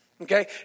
okay